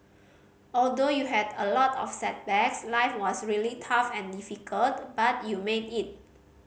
although you had a lot of setbacks life was really tough and difficult but you made it